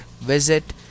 visit